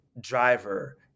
driver